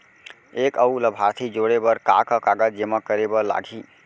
एक अऊ लाभार्थी जोड़े बर का का कागज जेमा करे बर लागही?